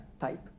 type